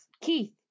Keith